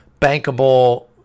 bankable